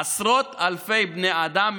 עשרות אלפי בני אדם,